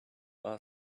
our